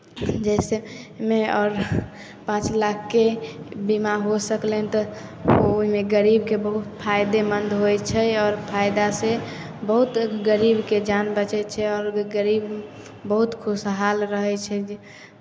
जइसे मे आओर पाँच लाखके बीमा हो सकलनि तऽ ओहिमे गरीबके बहुत फायदेमन्द होइ छै आओर फायदासँ बहुत गरीबके जान बचै छै आओर गरीब बहुत खुशहाल रहै छै जे